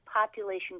population